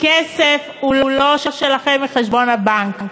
הכסף הוא לא שלכם מחשבון הבנק,